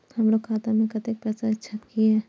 हमरो खाता में कतेक पैसा छकीन?